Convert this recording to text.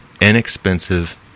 inexpensive